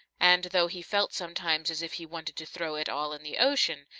and though he felt sometimes as if he wanted to throw it all in the ocean,